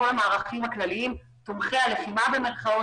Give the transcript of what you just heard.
כל המערכים הכלליים "תומכי הלחימה",